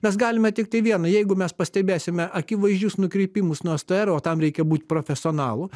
mes galime tiktai vieną jeigu mes pastebėsime akivaizdžius nukrypimus nuo str o tam reikia būti profesionalu